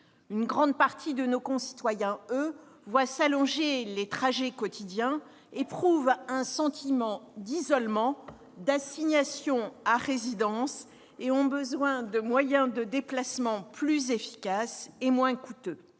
qu'une grande partie de nos concitoyens voient s'allonger leurs trajets quotidiens, éprouvent un sentiment d'isolement, d'assignation à résidence, et ont besoin de moyens de déplacement plus efficaces et moins coûteux.